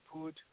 put